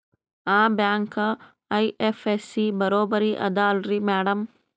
ಆ bank IFSC ಬರೊಬರಿ ಅದಲಾರಿ ಮ್ಯಾಡಂ?